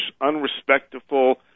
unrespectful